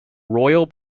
royal